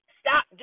stop